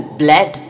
blood